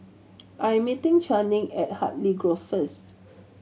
I am meeting Channing at Hartley Grove first